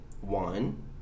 One